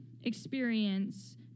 experience